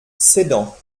sedan